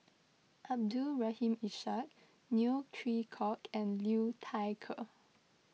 Abdul Rahim Ishak Neo Chwee Kok and Liu Thai Ker